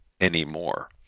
anymore